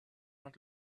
not